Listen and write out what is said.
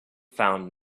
found